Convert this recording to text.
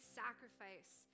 sacrifice